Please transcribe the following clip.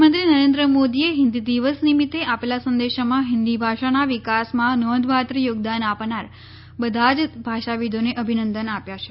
પ્રધાનમંત્રી નરેન્દ્ર મોદીએ ફિન્દી દિવસ નિમિત્તે આપેલા સંદેશામાં હિંદી ભાષાના વિકાસમાં નોંધપાત્ર યોગદાન આપનાર બધા જ ભાષા વિદોને અભિનંદન આપ્યા છે